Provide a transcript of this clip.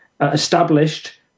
established